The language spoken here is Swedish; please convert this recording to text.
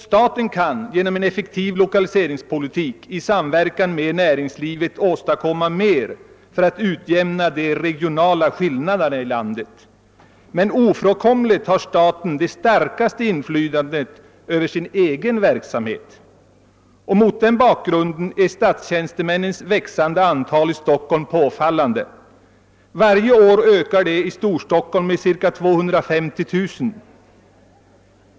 Staten kan genom en effektiv 1okaliseringspolitik i samverkan med näringslivet åstadkomma mer för att utjämna de regionala skillnaderna i landet, men ofrånkomligen har staten det starkaste inflytandet över sin egen verksamhet. Mot den bakgrunden är statstjänstemännens växande antal i Stockholm påfallande. Varje år ökar detta antal i Storstockholm med cirka 2 500.